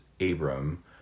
Abram